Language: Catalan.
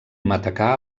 matacà